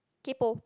kaypo